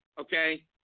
okay